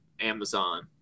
Amazon